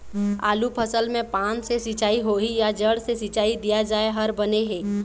आलू फसल मे पान से सिचाई होही या जड़ से सिचाई दिया जाय हर बने हे?